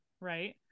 right